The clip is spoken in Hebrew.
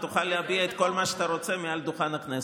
ותוכל להביע את כל מה שאתה רוצה מעל דוכן הכנסת.